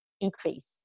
increase